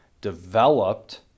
developed